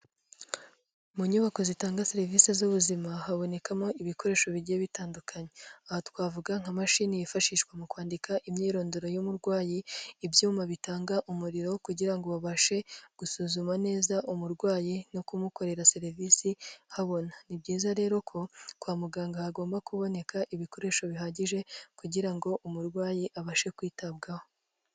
Mu nyubako zitanga serivise z'ubuzima, habonekamo ibikoresho bigiye bitandukanye, aha twavuga nka mashini yifashishwa mu kwandika imyirondoro y'umurwayi, ibyuma bitanga umuriro kugira ngo babashe gusuzuma neza umurwayi no kumukorera serivisi habona, ni byiza rero ko kwa muganga hagomba kuboneka ibikoresho bihagije kugira ngo umurwayi abashe kwitabwaho.